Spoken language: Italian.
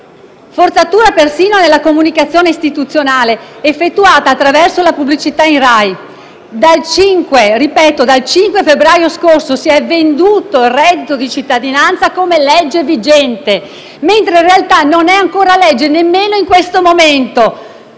forzatura persino nella comunicazione istituzionale effettuata attraverso la pubblicità in Rai. Dal 5 febbraio scorso si è venduto il reddito di cittadinanza come legge vigente mentre, in realtà, non è ancora legge, nemmeno in via provvisoria.